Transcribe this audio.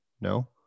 No